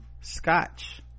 scotch